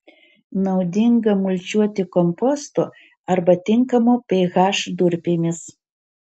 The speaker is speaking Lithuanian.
naudinga mulčiuoti kompostu arba tinkamo ph durpėmis